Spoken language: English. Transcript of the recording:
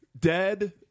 Dead